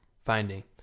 finding